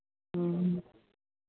ᱦᱮᱸ